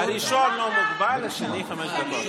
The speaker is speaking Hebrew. הראשון לא מוגבל, השני חמש דקות.